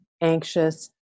anxious